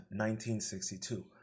1962